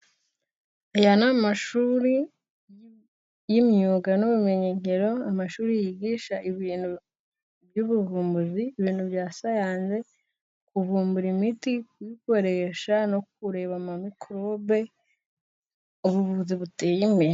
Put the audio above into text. Aya ni amashuri y'imyuga n'ubumenyingiro. Amashuri yigisha ibintu by'ubuvumbuzi, ibintu bya siyanse, kuvumbura imiti, kuyikoresha no kureba mikorobe. Ni ubuvuzi buteye imbere.